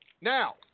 Now